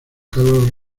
carlos